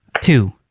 Two